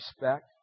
Respect